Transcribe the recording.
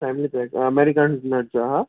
family pack हा American nuts जा हा